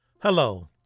Hello